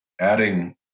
adding